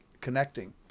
connecting